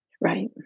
Right